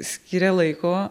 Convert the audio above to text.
skyrė laiko